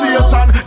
Satan